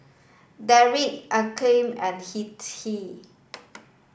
Derrick Akeem and Hettie